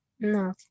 No